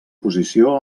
posició